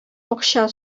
акча